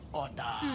order